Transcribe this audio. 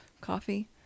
coffee